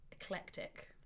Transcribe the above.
eclectic